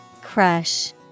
Crush